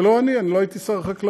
זה לא אני, אני לא הייתי שר החקלאות,